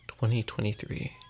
2023